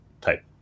type